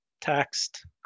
Text